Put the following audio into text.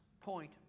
point